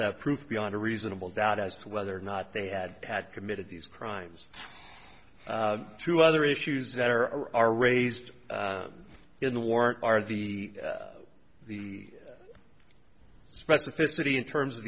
to have proof beyond a reasonable doubt as to whether or not they had had committed these crimes through other issues that are or are raised in the warrant are the the specificity in terms of